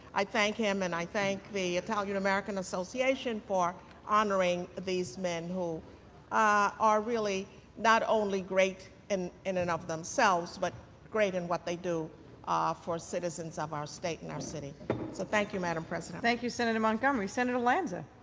i thank him and i thank the italian american association for honoring these men who are really not only great and in and of themselves but great in what they do for citizens of our state and our city. so thank you, madam president. thank you, senator montgomery. senator lanza.